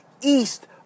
east